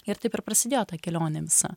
ir taip ir prasidėjo ta kelionė visa